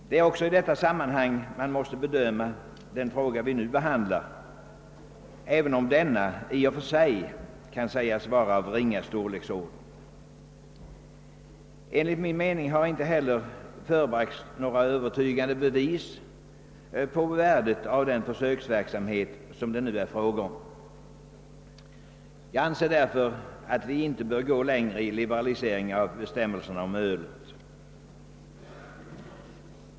Det är också i detta sammanhang man måste bedöma den fråga vi nu behandlar, även om denna i och för sig kan sägas vara av ringa storleksordning. Enligt min mening har det inte heller förebragts några övertygande bevis på värdet av den försöksverksamhet som det är fråga om. Jag anser därför att vi inte bör gå längre i liberalisering av bestämmelserna om ölet.